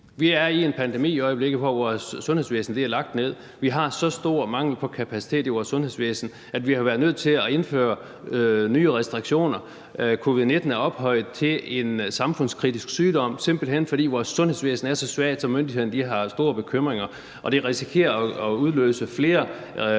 Vi er i en pandemi i øjeblikket, hvor vores sundhedsvæsen er lagt ned. Vi har så stor mangel på kapacitet i vores sundhedsvæsen, at vi har været nødt til at indføre nye restriktioner. Covid-19 er ophøjet til at være en samfundskritisk sygdom, simpelt hen fordi vores sundhedsvæsen er så svagt, at myndighederne har store bekymringer. Det risikerer at udløse flere